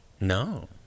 No